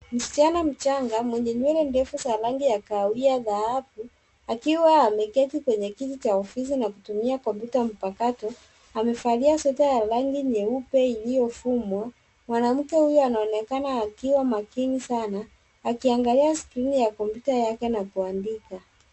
Msichana mchanga mwenye nywele ndefu za rangi ya kahawia-dhahabu akiwa ameketi kwenye kiti cha ofisi na kutumia kompyuta mpakato amevalia sweta ya rangi nyeupe iliyofumwa. Mwanamke huyo anaonekana akiwa makini sana akiangalia skrini ya kompyuta yake na kuandika.